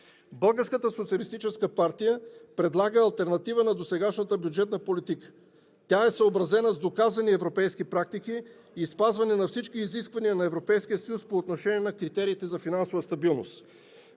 Българската социалистическа партия предлага алтернатива на досегашната бюджетна политика. Тя е съобразена с доказани европейски практики и спазване на всички изисквания на Европейския съюз по отношение на критериите за финансова стабилност.